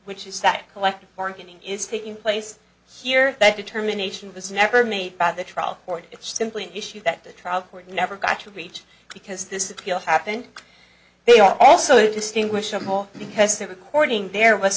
which is that collective bargaining is taking place here that determination was never made by the trial court it's simply an issue that the trial court never got to reach because this appeal happened they are also distinguishable because the recording there was